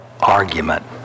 argument